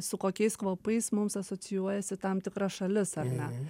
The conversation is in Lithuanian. su kokiais kvapais mums asocijuojasi tam tikra šalis ar ne